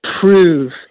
prove